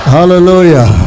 Hallelujah